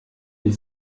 die